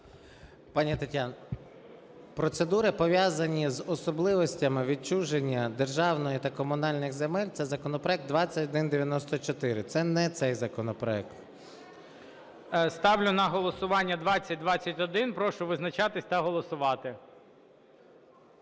Пані Тетяно, процедури, пов'язані з особливостями відчуження державної та комунальної земель, це законопроект 2194. Це не цей законопроект. ГОЛОВУЮЧИЙ. Ставлю на голосування 2021. Прошу визначатись та голосувати.